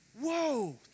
whoa